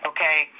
Okay